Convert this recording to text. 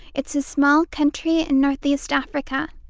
it's a small country in northeast africa.